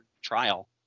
trial